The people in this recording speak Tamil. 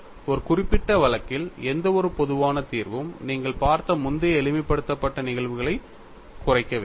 ஒரு குறிப்பிட்ட வழக்கில் எந்தவொரு பொதுவான தீர்வும் நீங்கள் பார்த்த முந்தைய எளிமைப்படுத்தப்பட்ட நிகழ்வுகளைக் குறைக்க வேண்டும்